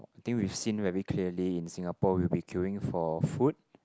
I think we seen very clearly in Singapore we will be queuing for food